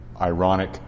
ironic